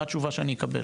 מה התשובה שאני אקבל,